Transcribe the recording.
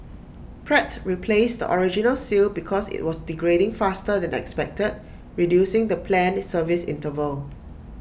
Pratt replaced the original seal because IT was degrading faster than expected reducing the planned service interval